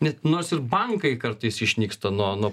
net nors ir bankai kartais išnyksta nuo nuo